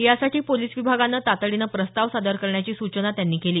यासाठी पोलीस विभागाने तातडीने प्रस्ताव सादर करण्याची सूचना त्यांनी केली